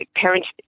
parents